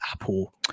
Apple